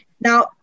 Now